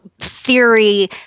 theory